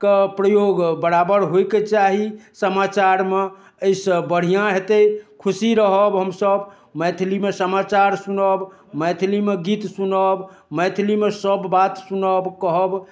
के प्रयोग बराबर होइके चाही समाचारमे अइसँ बढ़िआँ हेतै खुशी रहब हमसब मैथिलीमे समाचार सुनब मैथिलीमे गीत सुनब मैथिलीमे सब बात सुनब कहब